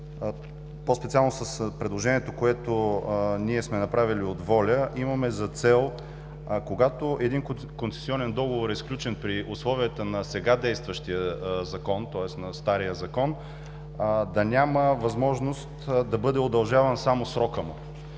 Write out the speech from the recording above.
разпоредби“ с предложението, което ние от „Воля“ сме направили, имаме за цел, когато един концесионен договор е сключен при условията на сега действащия Закон, тоест на стария Закон, да няма възможност да бъде удължаван само срокът му.